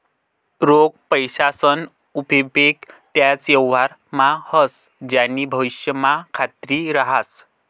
रोख पैसासना उपेग त्याच व्यवहारमा व्हस ज्यानी भविष्यमा खात्री रहास